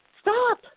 Stop